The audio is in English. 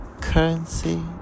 currency